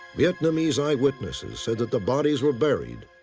vietnamese eyewitnesses said that the bodies were buried,